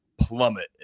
plummet